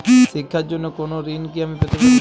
শিক্ষার জন্য কোনো ঋণ কি আমি পেতে পারি?